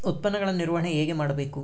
ಉತ್ಪನ್ನಗಳ ನಿರ್ವಹಣೆ ಹೇಗೆ ಮಾಡಬೇಕು?